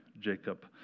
Jacob